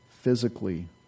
physically